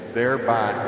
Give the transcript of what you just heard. thereby